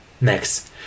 Next